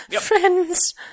friends